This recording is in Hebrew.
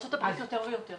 בארצות הברית זה יותר ויותר.